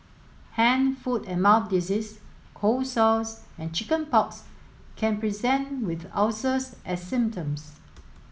hand foot and mouth disease cold sores and chicken pox can present with ulcers as symptoms